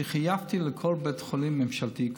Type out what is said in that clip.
שחייבתי כל בית חולים ממשלתי,